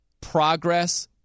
progress